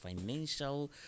financial